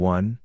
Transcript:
One